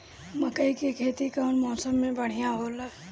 मकई के खेती कउन मौसम में बढ़िया होला?